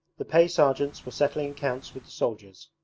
the pay-sergeants were settling accounts with the soldiers.